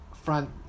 front